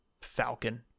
falcon